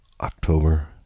October